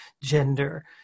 Gender